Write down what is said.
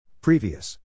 Previous